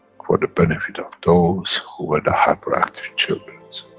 for the benefit of those who were the hyperactive children's.